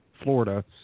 Florida